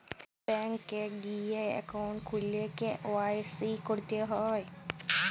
bank এ গিয়ে account খুললে কে.ওয়াই.সি ক্যরতে হ্যয়